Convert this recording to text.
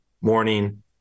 morning